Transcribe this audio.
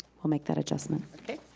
we'll make that adjustment. okay.